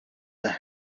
the